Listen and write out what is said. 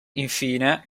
infine